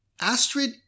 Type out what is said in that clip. Astrid